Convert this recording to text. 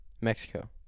Mexico